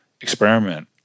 experiment